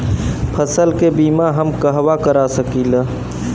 फसल के बिमा हम कहवा करा सकीला?